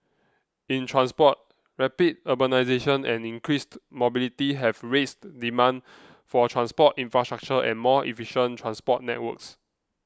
in transport rapid urbanisation and increased mobility have raised demand for transport infrastructure and more efficient transport networks